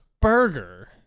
burger